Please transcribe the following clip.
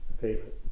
favorite